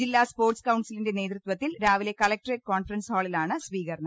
ജില്ലാ സ്പോർട്സ് കൌൺസിലിന്റെ നേതൃത്വത്തിൽ രാവിലെ കലക്ട്രേറ്റ് കോൺഫറൻസ് ഹാളിലാണ് സ്വീകരണം